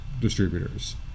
distributors